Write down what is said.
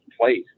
place